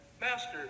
Master